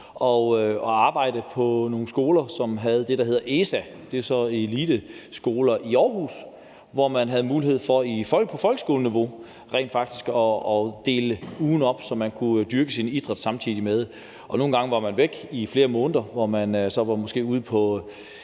at arbejde på nogle skoler, som havde det, der hedder ESA. Det var eliteskoler i Aarhus, hvor man havde mulighed for på folkeskoleniveau rent faktisk at dele ugen op, så man kunne dyrke sin idræt samtidig med skolegangen. Nogle gange var man væk i flere måneder, hvor man måske var